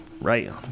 right